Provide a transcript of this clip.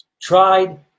Tried